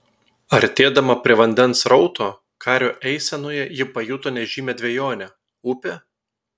artėdama prie vandens srauto kario eisenoje ji pajuto nežymią dvejonę upė